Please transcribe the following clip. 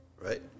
right